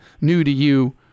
new-to-you